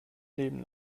leben